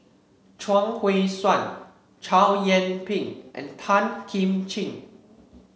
Chuang Hui Tsuan Chow Yian Ping and Tan Kim Ching